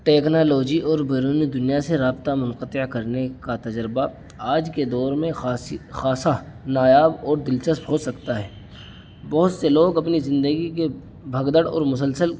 technology اور بیرونی دنیا سے رابطہ منقطع کرنے کا تجربہ آج کے دور میں خاصی خاصہ نایاب اور دلچسپ ہو سکتا ہے بہت سے لوگ اپنی زندگی کے بھگدڑ اور مسلسل